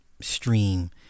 stream